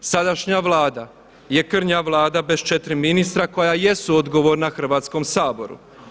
Sadašnja Vlada je krnja Vlada bez 4 ministra koja jesu odgovorna Hrvatskom saboru.